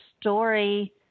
story